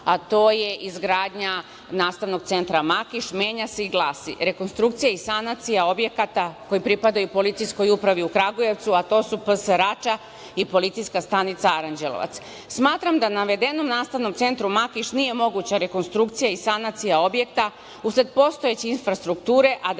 a to je izgradnja Nastavnog centra „Makiš“, menja se i glasi: „Rekonstrukcija i sanacija objekata koji pripadaju policijskoj upravi u Kragujevcu, a to su PS Rača i PS Aranđelovac“.Smatram da u navedenom Nastavnom centru „Makiš“ nije moguća rekonstrukcija i sanacija objekta usled postojeće infrastrukture, a bez